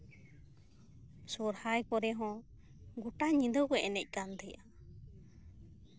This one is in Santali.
ᱥᱚᱨᱦᱟᱭ ᱠᱚᱨᱮ ᱦᱚᱸ ᱜᱚᱴᱟ ᱧᱤᱫᱟᱹ ᱠᱚ ᱮᱱᱮᱡ ᱠᱟᱱ ᱛᱟᱦᱮᱸᱫᱼᱟ